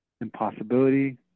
impossibility